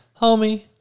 homie